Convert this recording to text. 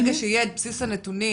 ברגע שיהיה את בסיס הנתונים,